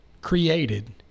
created